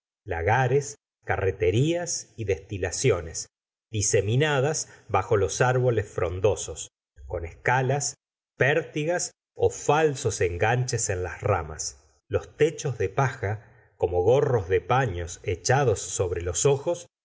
lagares carreterías y destilaciones diseminadas bajo los árboles frondosos con escalas pertigas falsos enganches en las ramas los techos de paja como gorros de pano echados sobre los ojos